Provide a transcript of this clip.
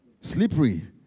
Slippery